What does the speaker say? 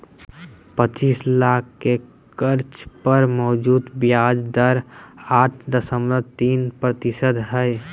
पचीस लाख के कर्ज पर मौजूदा ब्याज दर आठ दशमलब तीन प्रतिशत हइ